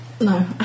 No